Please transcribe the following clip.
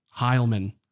Heilman